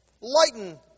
lighten